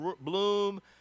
bloom